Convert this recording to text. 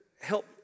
help